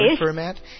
format